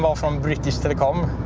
um from british telecom.